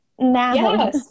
now